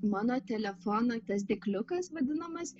mano telefono tas dėkliukas vadinamas